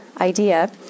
Idea